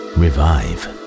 revive